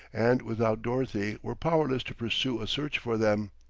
and without dorothy were powerless to pursue a search for them.